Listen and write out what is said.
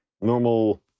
Normal